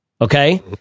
Okay